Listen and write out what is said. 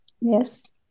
yes